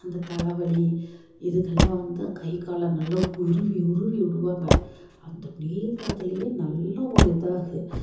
அந்த தலைவலி இதுக்கெல்லாம் வந்து கை கால் நல்லா உருவி உருவி விடுவாங்க அந்த நீர் வரதுலயே நல்லா ஒரு இதாகும்